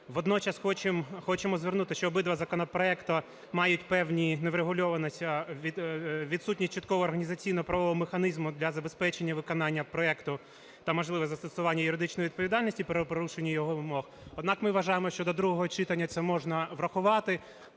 Водночас хочемо звернути, що обидва законопроекти мають певні неврегульованості, відсутність чіткого організаційно-правового механізму для забезпечення виконання проекту та можливе застосування юридичної відповідальності при порушенні його умов. Однак, ми вважаємо, що до другого читання це можна врахувати.